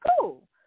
cool